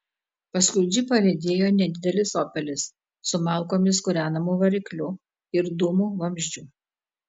paskui džipą riedėjo nedidelis opelis su malkomis kūrenamu varikliu ir dūmų vamzdžiu